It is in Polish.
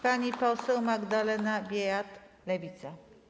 Pani poseł Magdalena Biejat, Lewica.